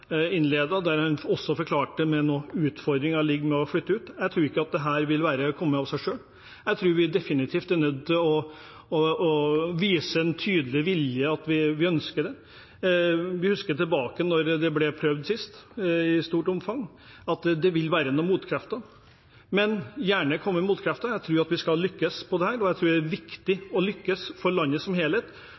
der han også fortalte om utfordringer ved å flytte ut. Jeg tror ikke dette vil komme av seg selv. Jeg tror vi definitivt er nødt til å vise med en tydelig vilje at vi ønsker det. Vi husker tilbake til da det ble prøvd sist, i stort omfang, at det vil være noen motkrefter. Men en må gjerne komme med motkrefter. Jeg tror at vi skal lykkes med dette, og jeg tror det er viktig å lykkes for landet som helhet.